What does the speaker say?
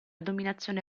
dominazione